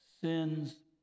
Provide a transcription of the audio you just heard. Sin's